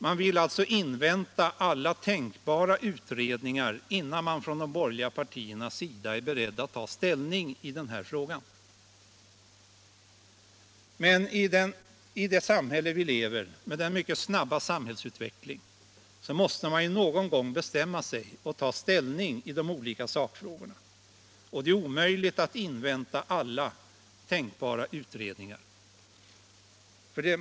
Man vill alltså invänta alla tänkbara utredningar innan man från de borgerliga partiernas sida är beredd att ta ställning i denna fråga. I det samhälle där vi lever, med en mycket snabb samhällsutveckling, måste man någon gång bestämma sig och ta ställning i de olika sakfrågorna, och det är omöjligt att invänta alla tänkbara utredningar.